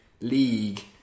league